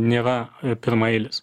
nėra pirmaeilis